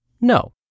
no